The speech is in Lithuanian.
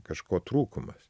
kažko trūkumas